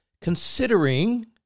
considering